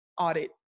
audit